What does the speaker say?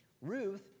Ruth